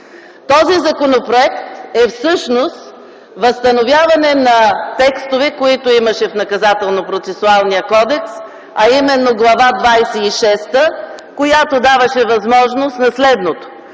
Този законопроект е всъщност възстановяване на текстове, които имаше в Наказателно-процесуалния кодекс, а именно Глава двадесет и шеста, която даваше възможност на следното: